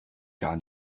gar